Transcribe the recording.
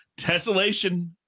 Tessellation